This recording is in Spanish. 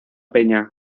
peña